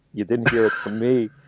you didn't hear me?